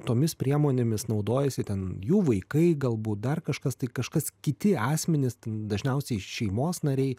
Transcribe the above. tomis priemonėmis naudojasi ten jų vaikai galbūt dar kažkas tai kažkas kiti asmenys dažniausiai šeimos nariai